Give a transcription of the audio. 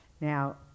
Now